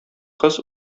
кыз